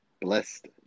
blessed